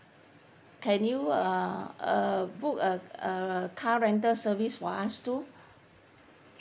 can you uh err book a a car rental service for us too